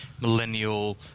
millennial